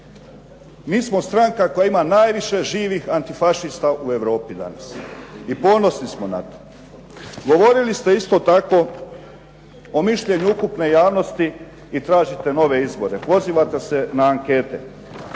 Mi smo stranka koja ima najviše živih antifašista u Europi danas i ponosni smo na to. Govorili ste isto tako o mišljenju ukupne javnosti i tražite nove izbore, pozivate se na ankete.